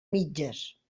mitges